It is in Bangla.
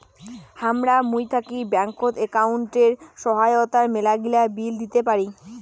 হামরা মুই থাকি ব্যাঙ্কত একাউন্টের সহায়তায় মেলাগিলা বিল দিতে পারি